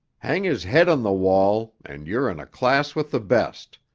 hang his head on the wall and you're in a class with the best.